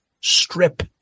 strip